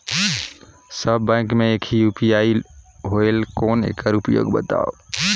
सब bank मे एक ही यू.पी.आई होएल कौन एकर उपयोग बताव?